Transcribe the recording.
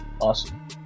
awesome